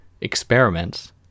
experiments